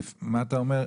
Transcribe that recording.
מה אתה אומר?